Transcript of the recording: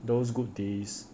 those good days